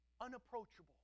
unapproachable